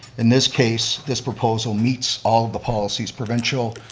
in this case, this proposal meets all the policies provincial,